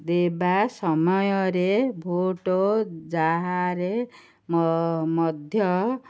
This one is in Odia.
ଦେବା ସମୟରେ ଭୋଟ୍ ଯାହାରେ ମଧ୍ୟ